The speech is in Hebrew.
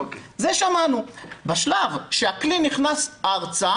בשלב שהכלי נכנס ארצה,